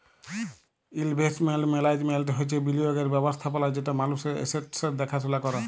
investment management হছে বিলিয়গের ব্যবস্থাপলা যেট মালুসের এসেট্সের দ্যাখাশুলা ক্যরে